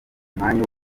umwanya